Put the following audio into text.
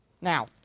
Now